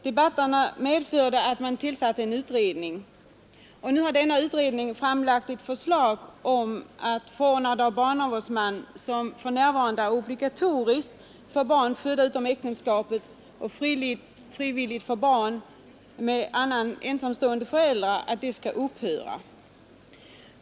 Debatterna medförde att man tillsatte en utredning, och nu har denna utredning framlagt ett förslag om att förordnande av barnavårdsman, som för närvarande är obligatoriskt för barn födda utom äktenskapet och frivilligt för barn med annan ensamstående förälder, skall upphöra.